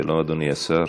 שלום, אדוני השר.